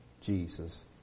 Jesus